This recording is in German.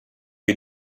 wir